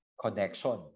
Connection